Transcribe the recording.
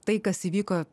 tai kas įvyko